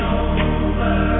over